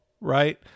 right